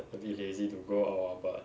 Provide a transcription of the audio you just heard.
a bit lazy to go out lah but